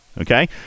okay